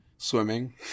Swimming